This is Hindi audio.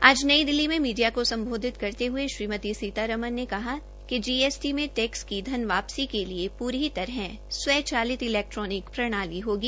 आज नई दिल्ली में मीडिया को संबोधित करते हए श्रीमती सीतारमण ने कहा कि जीएसटी में टैक्स की धन वापसी के लिए पुरी तरह स्वः चालित इलेक्ट्रानिक प्रणाली होगी